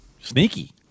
Sneaky